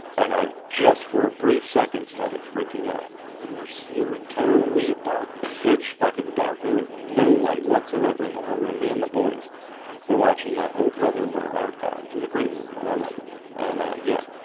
and i've just for a brief second started freaking out you were so in total. we have dark pitch fucking dark there was no light whatsoever in the whole room me and the boys we're watching ah oh brother where art thou which is a great movie. i love that movie and yeah,